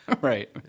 Right